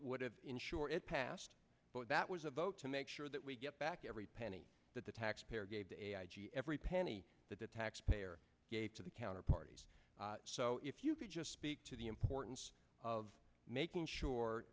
would have ensured it passed but that was a vote to make sure that we get back every penny that the taxpayer gave every penny that the taxpayer gave to the counter parties so if you could just speak to the importance of making s